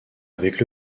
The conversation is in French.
avec